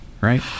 right